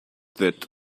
that